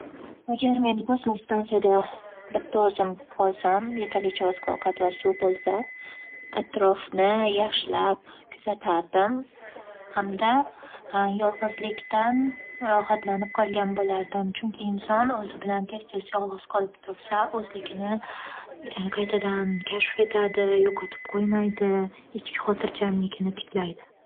Agar men kosmik stansiyada bitta o'zim qolsam, yetarlicha oziq- ovqat va suv bo'lsa, atrofni yaxshilab kuzatardim hamda yolg'izlikdan rohatlanib qolgan bo'lardim. Chunki, inson o'zi bilan tez-tez yolg'iz qolib tursa, o'zligini qaytadan kafsh etadi, yo'qotib qo'ymaydi, ichki xotirjamligini tiklaydi.